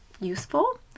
useful